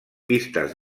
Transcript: pistes